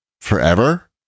forever